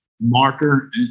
marker